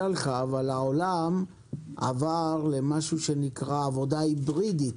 העולם עבר למשהו שנקרא עבודה היברידית,